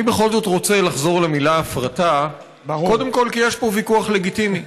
אני בכל זאת רוצה לחזור למילה "הפרטה" קודם כול כי יש פה ויכוח לגיטימי.